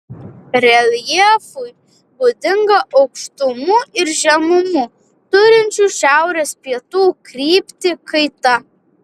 reljefui būdinga aukštumų ir žemumų turinčių šiaurės pietų kryptį kaita